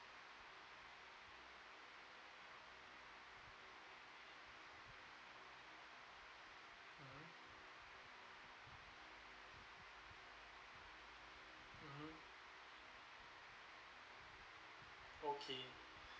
mmhmm mmhmm okay